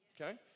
Okay